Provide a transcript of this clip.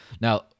Now